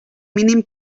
mínim